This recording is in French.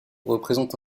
représente